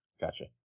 gotcha